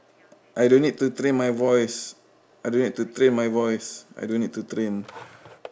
I don't need to train my voice I don't need train my voice I don't need to train